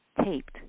taped